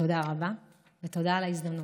תודה רבה ותודה על ההזדמנות.